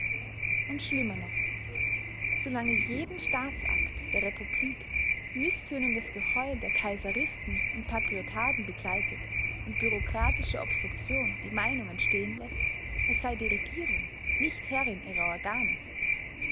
und schlimmer noch solange jeden staatsakt der republik mißtönendes geheul der kaiseristen und patriotarden begleitet und bureaukratische obstruktion die meinung entstehen läßt es sei die regierung nicht herrin ihrer organe